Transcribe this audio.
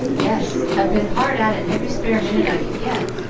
yes i've been hard at it every spare minute i could get,